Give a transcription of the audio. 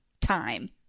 time